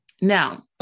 Now